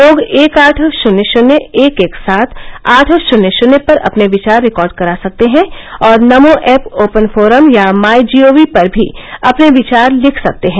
लोग एक आठ शन्य शन्य एक एक सात आठ शन्य शन्य पर अपने विचार रिकॉर्ड करा सकते हैं और नमो ऐप ओपन फोरम या माई जीओवी पर भी अपने विचार लिख सकते हैं